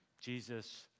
Jesus